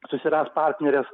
susirast partneres